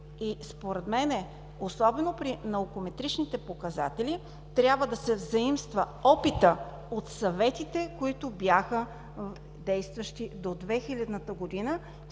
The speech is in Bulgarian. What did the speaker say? Според мен особено при наукометричните показатели трябва да се взаимства опитът от съветите, които бяха действащи до 2000 г.